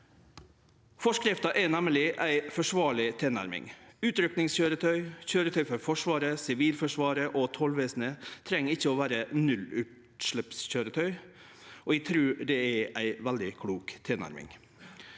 Forskrifta er nemleg ei forsvarleg tilnærming. Utrykkingskøyretøy, køyretøy for Forsvaret, Sivilforsvaret og tollvesenet treng ikkje å vere nullutsleppskøyretøy. Eg trur det er ei veldig klok tilnærming.